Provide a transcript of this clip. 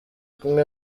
kumwe